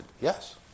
Yes